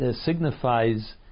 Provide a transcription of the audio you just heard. signifies